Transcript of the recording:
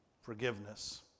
forgiveness